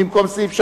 במקום פסקה (2).